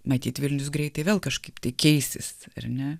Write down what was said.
matyt vilnius greitai vėl kažkaip tai keisis ar ne